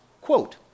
quote